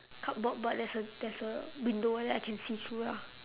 cupboard but there's a there's a window that I can see through ah